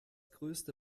größte